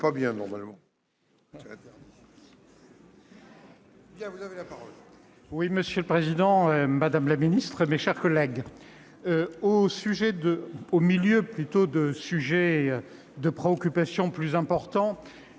Monsieur le président, madame la garde des sceaux, mes chers collègues, au milieu de sujets de préoccupation plus importants,